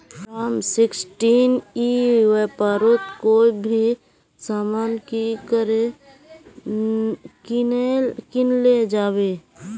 Form sixteen ई व्यापारोत कोई भी सामान की करे किनले जाबे?